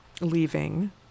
leaving